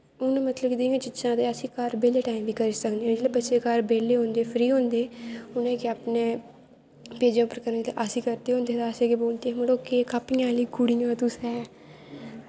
हून मतलब जि'यां घर बेह्ले टैम बी करी सकने आं अगर घर बेह्ले होगे फ्री होंदे फ्ही गै अपने अस करदे होंदे हे केह् बोलदे हे कापियां लीकी ओड़ियां तुसें